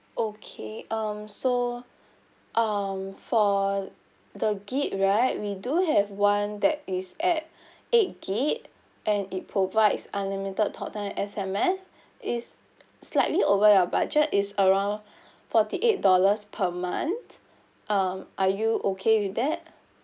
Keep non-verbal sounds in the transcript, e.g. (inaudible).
okay um so (breath) um for the G_B right we do have one that is at (breath) eight G_B and it provides unlimited talk time S_M_S (breath) it's slightly over your budget it's around (breath) forty eight dollars per month um are you okay with that